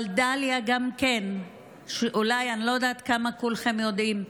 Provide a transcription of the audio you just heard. אני לא יודעת כמה כולכם יודעים,